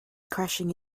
crashing